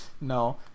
no